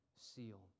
seal